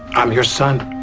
i'm your son